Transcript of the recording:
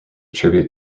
tribute